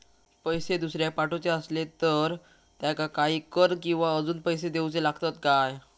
पैशे दुसऱ्याक पाठवूचे आसले तर त्याका काही कर किवा अजून पैशे देऊचे लागतत काय?